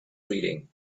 reading